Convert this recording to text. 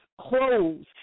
clothes